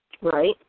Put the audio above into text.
Right